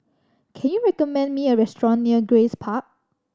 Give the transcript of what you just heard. can you recommend me a restaurant near Grace Park